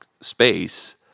space